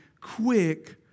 quick